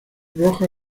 roja